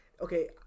Okay